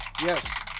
Yes